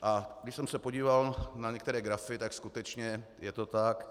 A když jsem se podíval na některé grafy, tak skutečně je to tak.